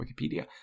Wikipedia